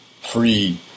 free